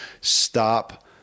stop